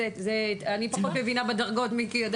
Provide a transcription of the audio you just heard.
אני פחות מבינה בדרגות; מיקי יודע